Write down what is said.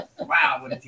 Wow